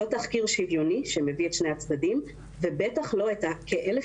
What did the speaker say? לא תחקיר שוויוני שמביא את שני הצדדים ובטח לא כ-1,000